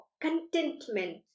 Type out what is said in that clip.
contentment